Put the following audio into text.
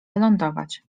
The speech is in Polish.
wylądować